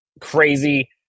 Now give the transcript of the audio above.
crazy